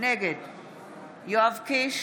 נגד יואב קיש,